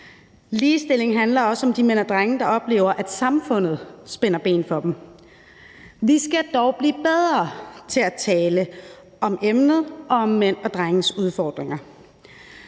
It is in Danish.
Ligestilling handler også om de mænd og drenge, der oplever, at samfundet spænder ben for dem. Vi skal dog blive bedre til at tale om emnet og om mænds og drenges udfordringer.